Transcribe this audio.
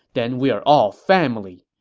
then we're all family.